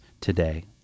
today